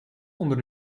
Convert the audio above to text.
onder